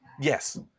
Yes